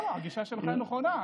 לא, הגישה שלך נכונה.